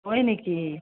হয় নেকি